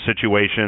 situation